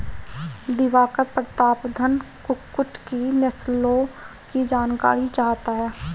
दिवाकर प्रतापधन कुक्कुट की नस्लों की जानकारी चाहता है